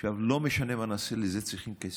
לא משנה מה נעשה, לזה צריכים כסף.